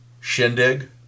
Shindig